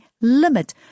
limit